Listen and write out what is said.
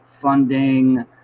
funding